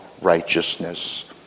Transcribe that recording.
righteousness